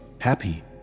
happy